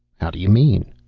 how d'you mean?